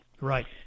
Right